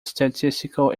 statistical